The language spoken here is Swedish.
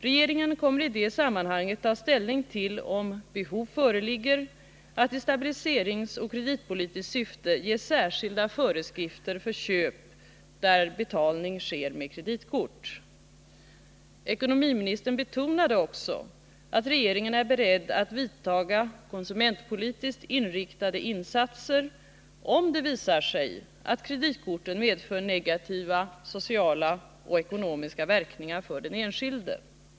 Regeringen kommer i det sammanhanget att ta ställning till om behov föreligger av att i stabiliseringsoch kreditpolitiskt syfte ge särskilda föreskrifter för köp där betalning sker med kreditkort. Ekonomiministern betonade också att regeringen är beredd att vidta konsumentpolitiskt inriktade åtgärder om det visar sig att kreditkorten medför negativa sociala och ekonomiska verkningar för den enskilde.